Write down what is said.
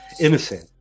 innocent